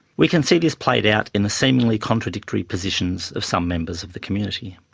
we can see this played out in the seemingly contradictory positions of some members of the community.